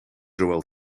zowel